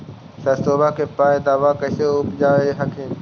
सरसोबा के पायदबा कैसे उपजाब हखिन?